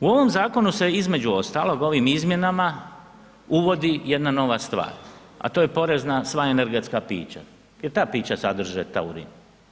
U ovom zakonu se između ostalog ovim izmjenama uvodi jedna nova stvar, a to je porez na sve energetska pića jer ta pića sadrže taurin.